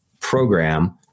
program